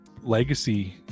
legacy